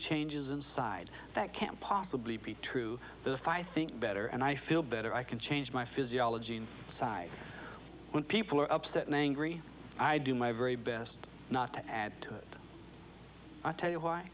changes inside that camp possibly true that if i think better and i feel better i can change my physiology side when people are upset and angry i do my very best not to add to it i tell you why